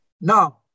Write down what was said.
Now